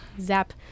Zap